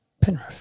Penrith